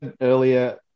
earlier